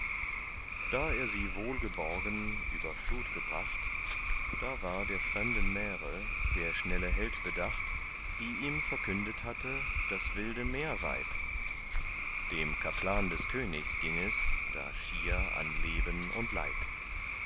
da er sie wohlgeborgen über flut gebracht da war der fremden märe der schnelle held bedacht die ihm verkündet hatte das wilde meerweib dem kaplan des königs ging es da schier an leben und leib